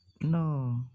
no